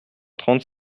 trente